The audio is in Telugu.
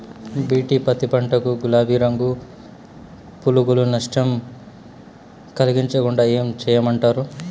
బి.టి పత్తి పంట కు, గులాబీ రంగు పులుగులు నష్టం కలిగించకుండా ఏం చేయమంటారు?